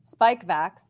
Spikevax